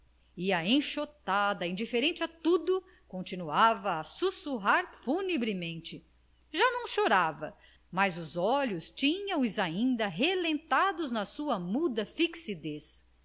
e a enxotada indiferente a tudo continuava a sussurrar funebremente já não chorava mas os olhos tinha-os ainda relentados na sua muda fixidez